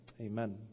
Amen